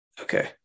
Okay